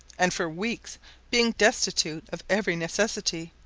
and for weeks being destitute of every necessary,